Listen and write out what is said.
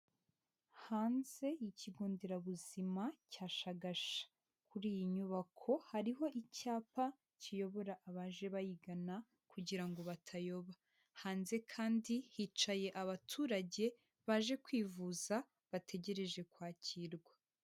Hanze y'ikigo nderabuzima cya Shagasha, kuri iyi nyubako hariho icyapa kiyobora abaje bayigana kugira ngo batayoba, hanze kandi hicaye abaturage baje kwivuza, bategereje kwakirwa.